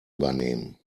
übernehmen